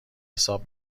حساب